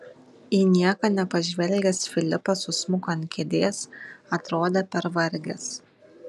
į nieką nepažvelgęs filipas susmuko ant kėdės atrodė pervargęs